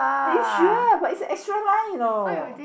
are you sure but it's a extra line you know